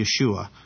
Yeshua